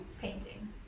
Painting